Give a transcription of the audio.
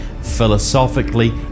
philosophically